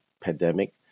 pandemic